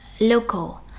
local